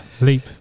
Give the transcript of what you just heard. leap